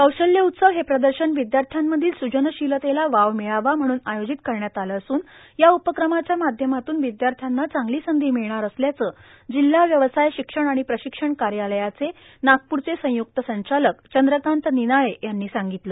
कौशल्य उत्सव हे प्रदर्शन विद्यार्थ्यांमधील सृजनशिलतेला वाव मिळावा म्हणून आयोजित करण्यात आलं असून या उपक्रमाच्या माध्यमातून विद्यार्थ्यांना चांगली संधी मिळणार असल्याचं जिल्हा व्यवसाय शिक्षण आणि प्रशिक्षण कार्यालय नागपूरचे संयुक्त संचालक चंद्रकांत निनाळे यांनी सांगितलं